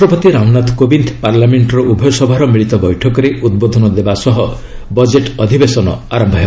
ରାଷ୍ଟପତି ରାମନାଥ କୋବିନ୍ଦ ପାର୍ଲାମେଣ୍ଟର ଉଭୟ ସଭାର ମିଳିତ ବୈଠକରେ ଉଦ୍ବୋଧନ ଦେବା ସହ ବଜେଟ୍ ଅଧିବେଶନ ଆରମ୍ଭ ହେବ